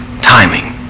timing